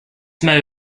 mode